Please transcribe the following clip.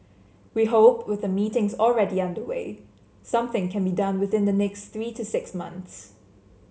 we hope with the meetings already underway something can be done within the next three to six months